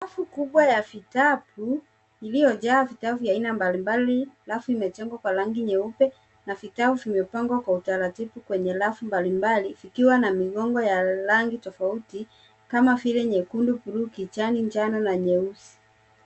Rafu kubwa ya vitabu iliyojaa vitabu vya mbalimbali. Rafu imejengwa kwa rangi nyeupe na bidhaa zimepangwa kwa utaratibu kwenye rafu mbalimbali ikiwa na migongo ya rangi tofauti kama vile nyekundu, bluu, kijani, njano na nyeusi.